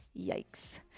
Yikes